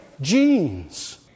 genes